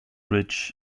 ridge